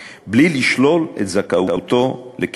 בלי לשלול את זכאותו לקצבה,